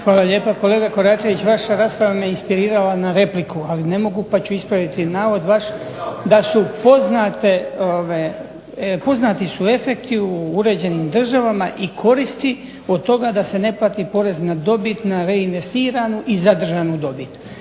Hvala lijepa. Kolega Koračević, vaša rasprava me inspirirala na repliku, ali ne mogu pa ću ispraviti navod vaš da su poznati efekti u uređenim državama i koristi od toga da se ne plati porez na dobit, na reinvestiranu i zadržanu dobit.